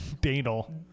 Daniel